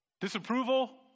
disapproval